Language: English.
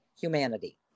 humanity